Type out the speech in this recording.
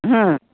हाँ